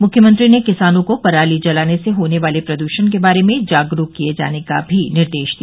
मृख्यमंत्री ने किसानों को पराली जलाने से होने वाले प्रद्षण के बारे में जागरूक किये जाने का भी निर्देश दिया